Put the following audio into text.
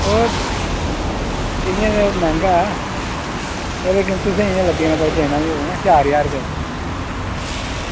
ओह् इंया तै मैहंगा ऐ तुसें इंया गै लग्गी जाना चार ज्हार रपेआ